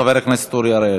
חבר הכנסת אורי אריאל.